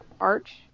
arch